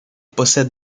possède